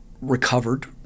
recovered